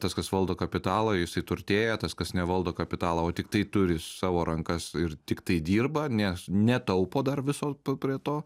tas kas valdo kapitalą jisai turtėja tas kas nevaldo kapitalo o tiktai turi savo rankas ir tiktai dirba nes netaupo dar viso prie to